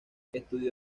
estudió